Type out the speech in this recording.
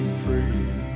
free